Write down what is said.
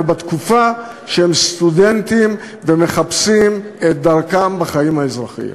בתקופה שהם סטודנטים ומחפשים את דרכם בחיים האזרחיים.